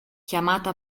chiamata